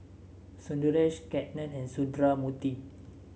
Sundaresh Ketna and Sundramoorthy